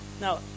Now